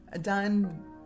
done